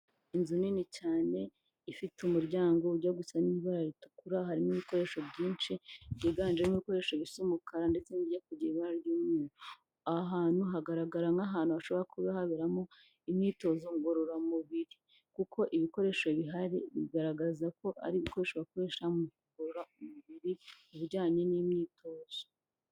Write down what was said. Inzu nini cyane ifite umuryango ujya gusa n'ibara ritukura harimo ibikoresho byinshi byiganjemo ibikoresho bisa umukara ndetse n'ibijya kugira ibara ry'umweru. Aha hantu hagaragara nk'ahantu hashobora kuba hashobora kuba haberamo imyitozo ngororamubiri, kuko ibikoresho bihari bigaragaza ko ari ibikoresho bakoresha mu kuvura umubiri ibijyanye n'imyitozo.